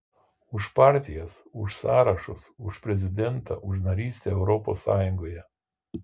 už partijas už sąrašus už prezidentą už narystę europos sąjungoje